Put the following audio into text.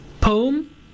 poem